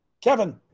Kevin